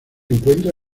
encuentra